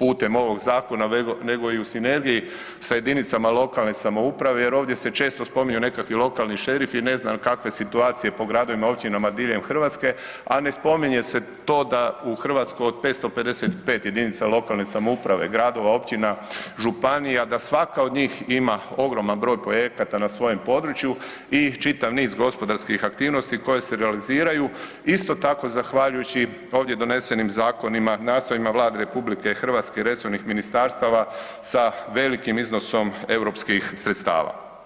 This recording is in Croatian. putem ovog zakona nego i u sinergiji sa jedinicama lokalne samouprave jer ovdje se često spominju nekakvi lokalni šerifi, ne znam kakve situacije po gradovima, općinama diljem Hrvatske a ne spominje se to da u Hrvatskoj od 550 jedinica lokalne samouprave, gradova, općina, županija, da svaka od njih ima ogroman broj projekata na svojem području i čitav niz gospodarskih aktivnosti koje se realiziraju, isto tako zahvaljujući ovdje donesenim zakonima, nastojanjima Vlade RH i resornih ministarstava sa velikim iznosom europskih sredstava.